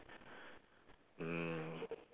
mm